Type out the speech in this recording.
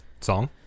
Song